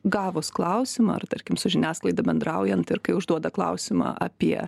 gavus klausimą ar tarkim su žiniasklaida bendraujant ir kai užduoda klausimą apie